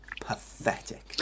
pathetic